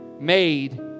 made